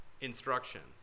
instructions